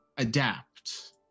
adapt